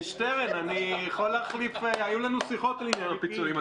שטרן, היו לנו שיחות לעניין הפיצולים.